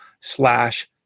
slash